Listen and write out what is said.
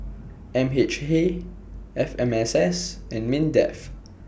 M H A F M S S and Mindef